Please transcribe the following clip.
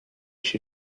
się